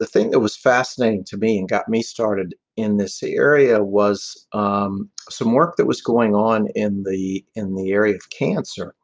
the thing that was fascinating to me and got me started in this area was um some work that was going on in the in the area of cancer.